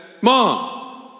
mom